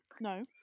No